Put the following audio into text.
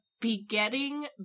begetting